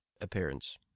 appearance